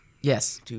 yes